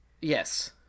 Yes